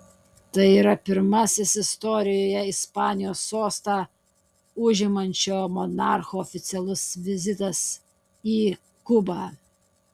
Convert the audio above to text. tai yra pirmasis istorijoje ispanijos sostą užimančio monarcho oficialus vizitas į kubą